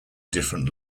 different